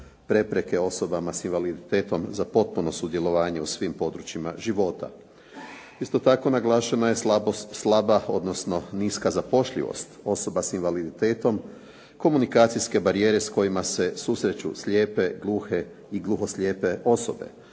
prepreke osobama sa invaliditetom za potpuno sudjelovanje u svim područjima života. Isto tako naglašena je slaba odnosno niska zapošljivost osoba sa invaliditetom, komunikacijske barijere s kojima se susreću slijepe, gluhe i gluhoslijepe osobe,